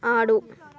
ఆడు